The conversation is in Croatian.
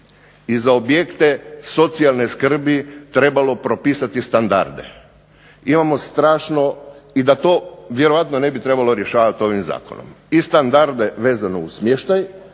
i za objekte socijalne skrbi trebalo propisati standarde i da to vjerojatno ne bi trebalo rješavati ovim zakonom i standarde vezano uz smještaj